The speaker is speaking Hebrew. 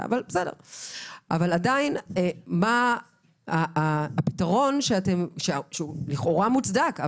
אבל עדיין הפתרון לכאורה מוצדק,